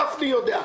גפני יודע.